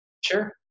Sure